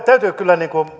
täytyy kyllä